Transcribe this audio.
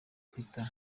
peter